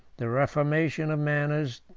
the reformation of manners,